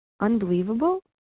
unbelievable